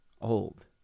old